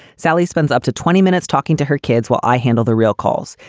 sally spends up to twenty minutes talking to her kids while i handle the real calls.